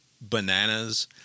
bananas